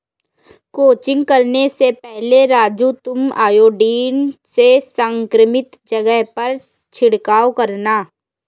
crutching करने से पहले राजू तुम आयोडीन से संक्रमित जगह पर छिड़काव करना